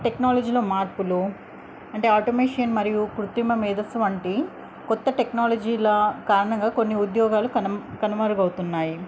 టెక్నాలజీలో మార్పులు అంటే ఆటోమేషన్ మరియు కృతిమ మ మేదస్సు వంటి కొత్త టెక్నాలజీల కారణంగా కొన్ని ఉద్యోగాలు కను కనుమరుగు అవుతున్నాయి